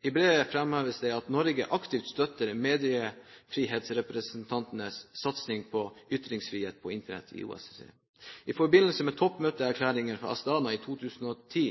I brevet framheves det at Norge aktivt støtter mediefrihetsrepresentantenes satsing på ytringsfrihet på Internett i OSSE. I forbindelse med Toppmøteerklæringen fra Astana i 2010